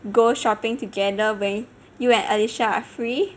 go shopping together when you and alicia are free